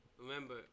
remember